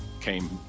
came